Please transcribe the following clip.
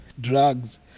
drugs